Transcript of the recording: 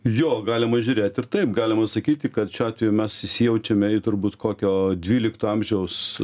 jo galima žiūrėt ir taip galima sakyti kad šiuo atveju mes įsijaučiame į turbūt kokio dvylikto amžiaus